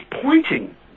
pointing